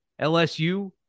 LSU